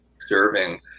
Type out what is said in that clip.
serving